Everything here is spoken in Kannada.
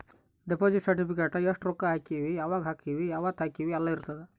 ದೆಪೊಸಿಟ್ ಸೆರ್ಟಿಫಿಕೇಟ ಎಸ್ಟ ರೊಕ್ಕ ಹಾಕೀವಿ ಯಾವಾಗ ಹಾಕೀವಿ ಯಾವತ್ತ ಹಾಕೀವಿ ಯೆಲ್ಲ ಇರತದ